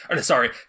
sorry